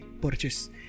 purchase